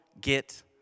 get